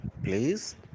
Please